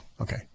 okay